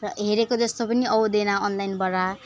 र हेरेको जस्तो पनि आउँदैन अनलाइनबाट